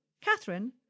Catherine